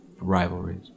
rivalries